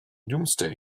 doomsday